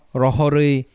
rohori